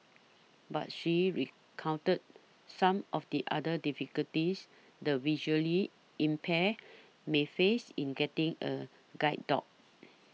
but she recounted some of the other difficulties the visually impaired may face in getting a guide dog